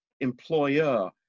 employer